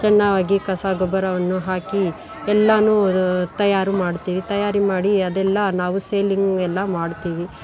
ಚೆನ್ನಾಗಿ ಕಸ ಗೊಬ್ಬರವನ್ನು ಹಾಕಿ ಎಲ್ಲಾನು ತಯಾರು ಮಾಡ್ತೀವಿ ತಯಾರಿ ಮಾಡಿ ಅದೆಲ್ಲ ನಾವು ಸೇಲಿಂಗ್ ಎಲ್ಲ ಮಾಡ್ತೀವಿ